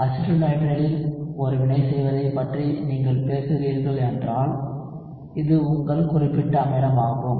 அசிட்டோநைட்ரைலில் ஒரு வினை செய்வதைப் பற்றி நீங்கள் பேசுகிறீர்கள் என்றால் இது உங்கள் குறிப்பிட்ட அமிலமாகும்